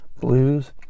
blues